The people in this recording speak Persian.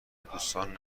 دوستان